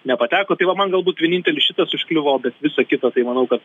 nepateko tai va man galbūt vienintelis šitas užkliuvo bet visą kitą tai manau kad